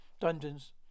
Dungeons